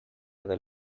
other